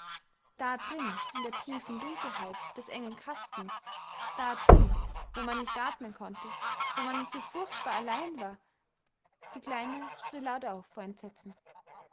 da drin in der tiefen dunkelheit des engen kostens da drin wo man nicht atmen konnte wo man so furchtbar allein war die kleine schrie laut auf vor entsetzen